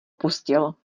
pustil